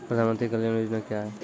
प्रधानमंत्री कल्याण योजना क्या हैं?